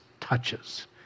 touches